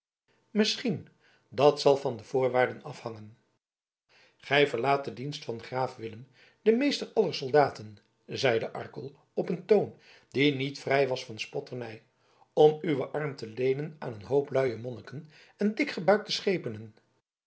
misschien dat zal van de voorwaarden afhangen gij verlaat den dienst van graaf willem den meester aller soldaten zeide arkel op een toon die niet vrij was van spotternij om uw arm te leenen aan een hoop luie monniken en dikgebuikte schepenen